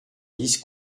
dix